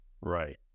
Right